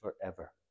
forever